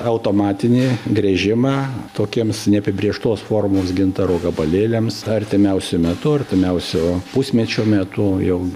automatinį gręžimą tokiems neapibrėžtos formos gintaro gabalėliams artimiausiu metu artimiausio pusmečio metu jau